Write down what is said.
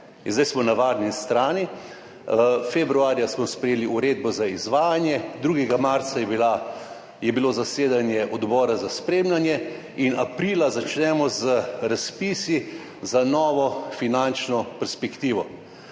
zdaj smo na varni strani. Februarja smo sprejeli uredbo za izvajanje, 2. marca je bilo zasedanje Odbora za spremljanje in aprila začnemo z razpisi za novo finančno perspektivo.